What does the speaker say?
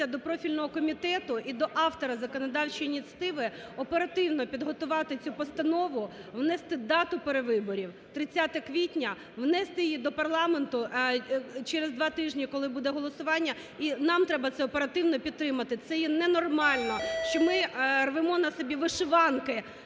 до профільного комітету і до автора законодавчої ініціативи оперативно підготувати цю постанову, внести дату перевиборів – 30 квітня, внести її до парламенту, а через два тижні, коли буде голосування, нам треба це оперативно підтримати. Це є ненормально, що ми рвемо на себе вишиванки